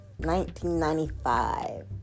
1995